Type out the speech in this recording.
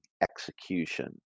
execution